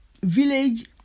village